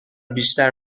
بیشتر